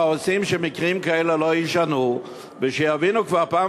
מה עושים כדי שמקרים כאלה לא יישנו ושיבינו כבר פעם